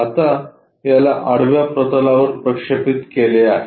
आता याला आडव्या प्रतलावर प्रक्षेपित केले आहे